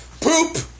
Poop